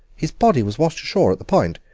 his body was washed ashore at the point.